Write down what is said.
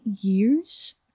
years